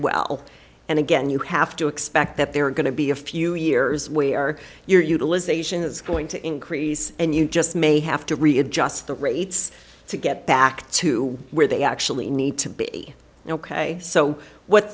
well and again you have to expect that there are going to be a few years where are your utilization is going to increase and you just may have to readjust the rates to get back to where they actually need to be ok so what